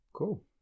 Cool